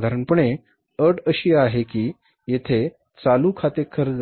सर्वसाधारणपणे अट अशी आहे की येथे चालू खाते कर्ज